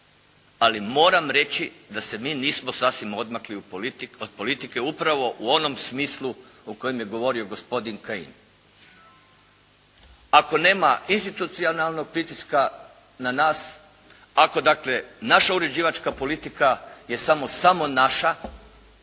Ali moram reći da se mi nismo sasvim odmakli od politike upravo u onom smislu u kojem je govorio gospodin Kajin. Ako nema institucionalnog pritiska na nas, ako dakle naša uređivačka politika je samo samo